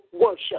worship